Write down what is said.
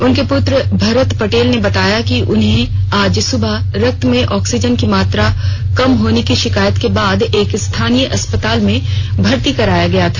उनके पुत्र भरत पटेल ने बताया कि उन्हें आज सुबह रक्त में ऑक्सीजन की मात्रा कम होने की शिकायत के बाद एक स्थानीय अस्पताल में भर्ती कराया गया था